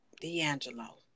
D'Angelo